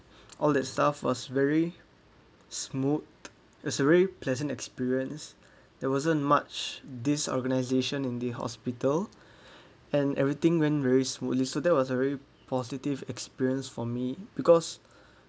all that stuff was very smooth as a very pleasant experience there wasn't much disorganization in the hospital and everything went very smoothly so that was a really positive experience for me because